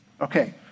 Okay